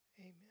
Amen